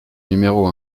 numéro